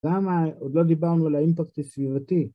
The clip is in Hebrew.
למה עוד לא דיברנו על האימפקט הסביבתי?